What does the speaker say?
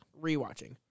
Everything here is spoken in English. Rewatching